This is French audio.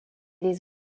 les